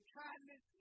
kindness